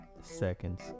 seconds